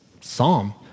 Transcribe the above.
psalm